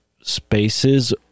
spaces